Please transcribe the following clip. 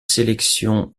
sélection